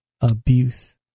abuse